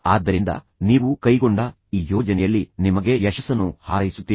ಆದ್ದರಿಂದ ನೀವು ಕೈಗೊಂಡ ಈ ಯೋಜನೆಯಲ್ಲಿ ನಿಮಗೆ ಯಶಸ್ಸನ್ನು ಹಾರೈಸುತ್ತೇನೆ